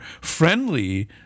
friendly